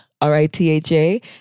R-I-T-H-A